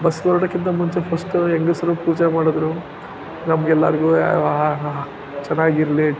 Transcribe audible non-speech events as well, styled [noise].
bus ಹೊರ್ಡೋಕ್ಕಿಂತ ಮುಂಚೆ first ಹೆಂಗಸ್ರು ಪೂಜೆ ಮಾಡಿದ್ರು ನಮ್ಗೆಲ್ಲರ್ಗೂ [unintelligible] ಚೆನ್ನಾಗಿರ್ಲಿ